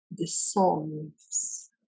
dissolves